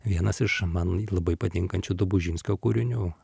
vienas iš man labai patinkančių dobužinskio kūrinių